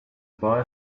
boy